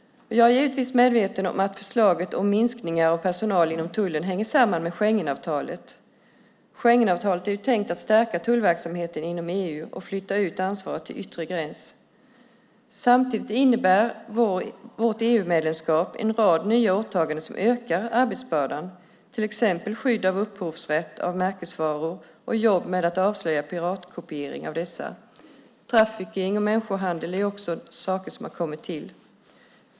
Jag är givetvis medveten om att förslaget om minskningar av personal inom tullen hänger samman med Schengenavtalet. Schengenavtalet är ju tänkt att stärka tullverksamheten inom EU och flytta ut ansvaret till yttre gräns. Samtidigt innebär vårt EU-medlemskap en rad nya åtaganden som ökar arbetsbördan, till exempel skydd av upphovsrätt i fråga om märkesvaror och jobb med att avslöja piratkopiering av dessa. Trafficking och människohandel är också saker som har kommit till.